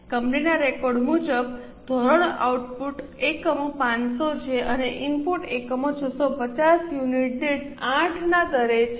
કંપનીના રેકોર્ડ મુજબનું ધોરણ આઉટપુટ એકમો 500 છે અને ઇનપુટ એકમો 650 યુનિટ દીઠ 8 ના દરે છે